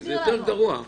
זה יותר גרוע.